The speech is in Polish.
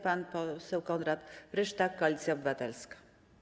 Pan poseł Konrad Frysztak, Koalicja Obywatelska.